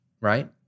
right